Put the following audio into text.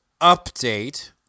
update